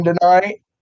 tonight